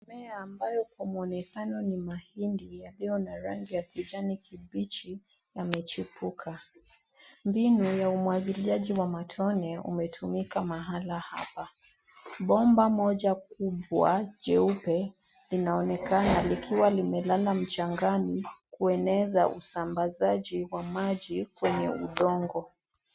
Mmea ambayo kwa muonekana ni mahindi yaliyo na rangi ya kijani kibichi yamechipuka. Mbinu ya umwagiliaji wa matone umetumika mahala hapa. Bomba moja kubwa jeupe linaonekana likiwa limelala mchangani kueneza usambazaji wa maji kwenye udongo.